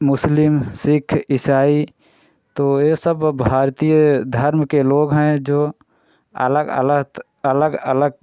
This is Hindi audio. मुस्लिम सिख ईसाई तो ये सब भारतीय धर्म के लोग हैं जो आलग अलत अलग अलग